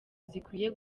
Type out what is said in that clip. zikwiye